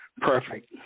Perfect